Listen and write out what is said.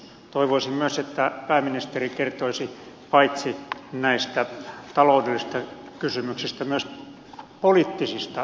toivoisin myös että pääministeri kertoisi paitsi näistä taloudellisista kysymyksistä myös poliittisista kysymyksistä